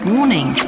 Warning